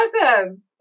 awesome